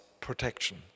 protection